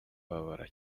babara